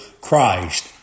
Christ